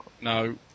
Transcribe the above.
No